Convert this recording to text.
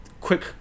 quick